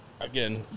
again